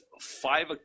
five